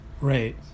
Right